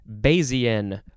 Bayesian